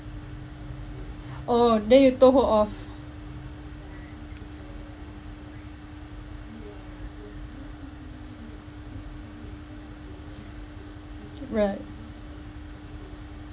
oh then you told her off right